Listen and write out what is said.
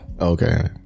Okay